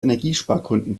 energiespargründen